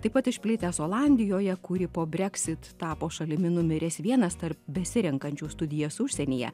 taip pat išplitęs olandijoje kuri po brexit tapo šalimi numeris vienas tarp besirenkančių studijas užsienyje